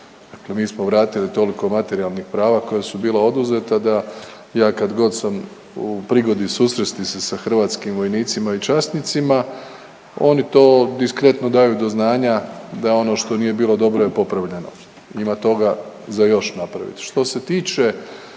mi smo vratili toliko materijalnih prava koja su bila oduzeta da ja kad god sam u prigodi susresti se sa hrvatskim vojnicima i časnicima oni to diskretno daju do znanja da ono što nije bilo dobro je popravljeno. Ima toga za još napraviti.